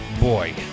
boy